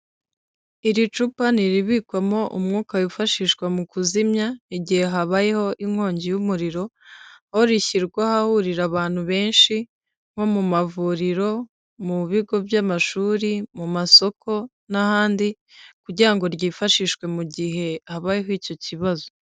Iri cupa ni iribikwamo umwuka wifashishwa mu kuzimya igihe habayeho inkongi y'umuriro, aho rishyirwa ahahurira abantu benshi, nko mu mavuriro, mu bigo by'amashuri, mu masoko n'ahandi kugira ngo ryifashishwe mu gihe habayeho icyo kibazo.